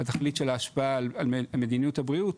התכלית של ההשפעה על מדיניות הבריאות,